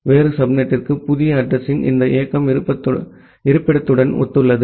வேறு சப்நெட்டிற்கு புதிய அட்ரஸிங் இந்த இயக்கம் இருப்பிடத்துடன் ஒத்துள்ளது